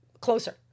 closer